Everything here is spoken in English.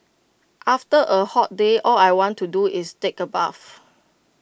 after A hot day all I want to do is take A bath